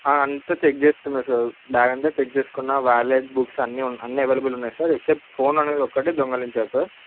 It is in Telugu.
అంతా చెక్ చేసుకున్నా సార్ బ్యాగ్ అంతా చెక్ చేసుకున్నాను వాలెట్ బుక్స్ అన్ని అన్నీ అవైలబుల్ ఉన్నాయి సార్ ఎక్స్సెప్ట్ ఫోన్ అనేది ఒక్కటే దొంగలించారు సార్